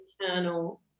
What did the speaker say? internal